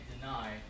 deny